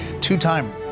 two-time